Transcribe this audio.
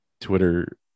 Twitter